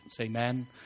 Amen